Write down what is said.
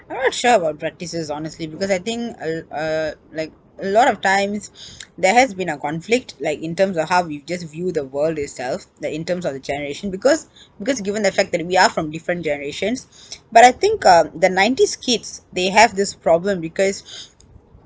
I'm not sure about practices honestly because I think um uh like a lot of times there has been a conflict like in terms of how we just view the world itself like in terms of the generation because because given the fact that we are from different generations but I think uh the nineties kids they have this problem because